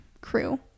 crew